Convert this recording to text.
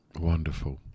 wonderful